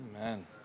Amen